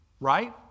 right